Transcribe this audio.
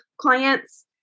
clients